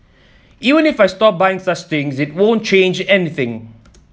even if I stop buying such things it won't change anything